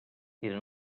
eren